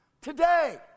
today